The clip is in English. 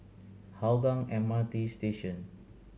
Hougang M R T Station